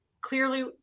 Clearly